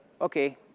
okay